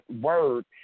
word